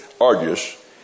arduous